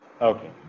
Okay